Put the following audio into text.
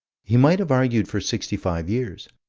he might have argued for sixty-five years.